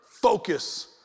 focus